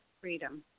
freedom